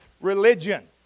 religion